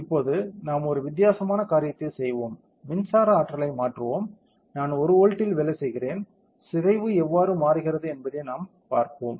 இப்போது நாம் ஒரு வித்தியாசமான காரியத்தைச் செய்வோம் மின்சார ஆற்றலை மாற்றுவோம் நான் ஒரு வோல்ட்டில் வேலை செய்கிறேன் சிதைவு எவ்வாறு மாறுகிறது என்பதை நாம் பார்ப்போம்